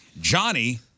Johnny